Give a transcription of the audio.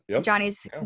Johnny's